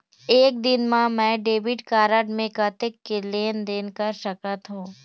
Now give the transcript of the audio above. एक दिन मा मैं डेबिट कारड मे कतक के लेन देन कर सकत हो?